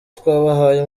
twabahaye